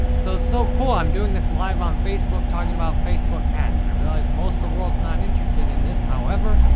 so, it's so cool. i'm doing this live on facebook, talking about facebook ads. i realize most of the world's not interested in this, however,